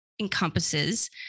encompasses